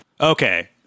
Okay